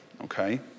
Okay